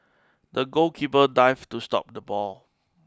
the goalkeeper dived to stop the ball